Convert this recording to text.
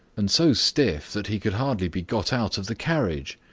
and so stiff that he could hardly be got out of the carriage.